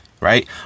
Right